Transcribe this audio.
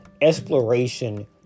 exploration